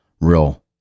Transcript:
real